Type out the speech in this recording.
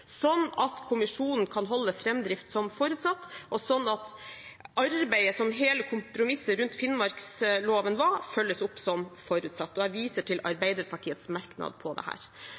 at kommisjonen kan holde framdrift som forutsatt, og slik at arbeidet hele kompromisset rundt Finnmarksloven var, følges opp som forutsatt. Jeg viser til Arbeiderpartiets merknad om dette. Mange har nevnt barns rettssikkerhet og barnehusenes betydning i dag. Det